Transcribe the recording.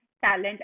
talent